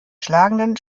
schlagenden